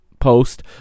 post